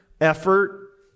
effort